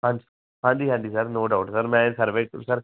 ਹਾਂਜੀ ਹਾਂਜੀ ਹਾਂਜੀ ਸਰ ਨੌ ਡਾਊਟ ਸਰ ਮੈਂ ਸਰਵੇ ਸਰ